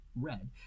red